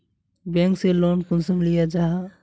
Bank से loan कुंसम लिया जाहा?